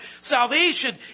Salvation